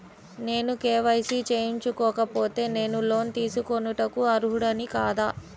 నేను కే.వై.సి చేయించుకోకపోతే నేను లోన్ తీసుకొనుటకు అర్హుడని కాదా?